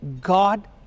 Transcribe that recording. God